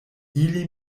ili